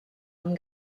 amb